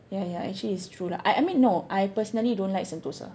ya ya actually it's true lah I I mean no I personally don't like Sentosa